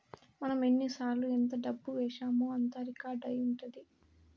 మనం ఎన్నిసార్లు ఎంత డబ్బు వేశామో అంతా రికార్డ్ అయి ఉంటది